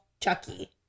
Chucky